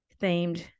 themed